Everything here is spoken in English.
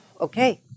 Okay